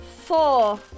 Four